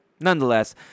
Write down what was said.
nonetheless